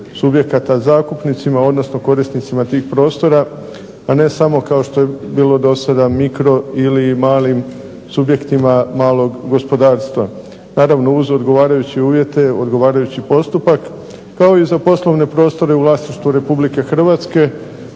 subjekata zakupnicima, odnosno korisnicima tog prostora, a ne samo kao što je bilo do sada mikro ili malim subjektima malog gospodarstva. Naravno uz odgovarajuće uvjete, odgovarajući postupak kao i za poslovne prostore u vlasništvu Republike Hrvatske